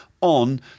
on